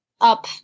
up